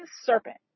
serpent